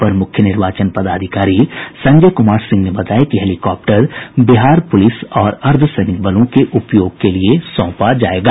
अपर मुख्य निर्वाचन पदाधिकारी संजय कुमार सिंह ने बताया कि हेलीकॉप्टर बिहार पुलिस और अर्द्वसैनिक बलों के उपयोग के लिए सौंपा जायेगा